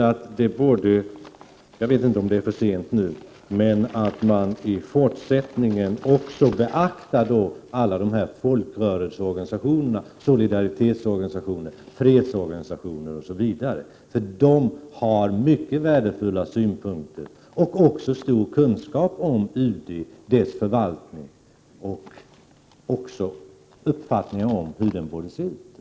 Jag vet inte om det nu är för sent, men jag tycker att man i fortsättningen bör beakta också folkrörelseorganisationer, solidaritetsorganisationer, fredsorganisationer osv. De har mycket värdefulla synpunkter på och stor kunskap om UD:s förvaltning samt uppfattningar om hur den borde se ut.